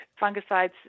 fungicides